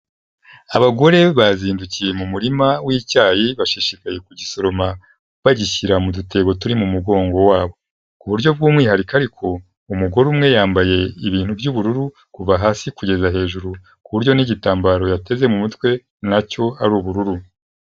Abagore bazindukiye mu murima w'icyayi, bashishikaye kugisoroma bagishyira mu dutebo turi mu mugongo wabo. Ku buryo bw'umwihariko ariko umugore umwe yambaye ibintu by'ubururu kuva hasi kugeza hejuru ku buryo n'igitambaro yateze mu mutwe na cyo ari ubururu.